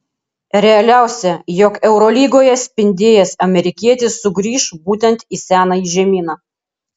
realiausia jog eurolygoje spindėjęs amerikietis sugrįš būtent į senąjį žemyną